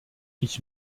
ich